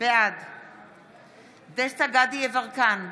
בעד דסטה גדי יברקן,